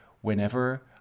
Whenever